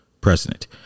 president